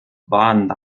waren